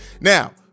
Now